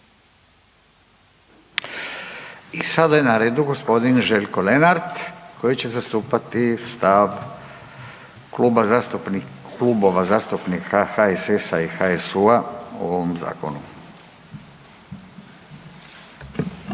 I sada je na redu g. Željko Lenart koji će zastupati stav Klubova zastupnika HSS-a i HSU-a o ovom Zakonu.